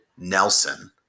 Nelson